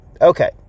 okay